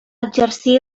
exercir